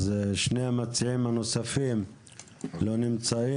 שני המציעים הנוספים אינם נוכחים,